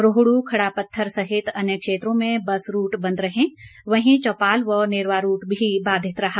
रोहड्र खड़ापत्थर सहित अन्य क्षेत्रों में बस रूट बंद रहे वहीं चौपाल व नेरवा रूट भी बाधित रहा